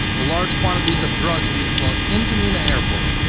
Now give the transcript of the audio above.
the large quantities of drugs being flown into mena airport.